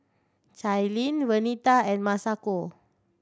Cailyn Vernita and Masako